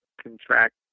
contract